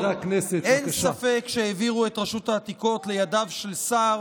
אין ספק שהעבירו את רשות העתיקות לידיו של שר